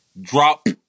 drop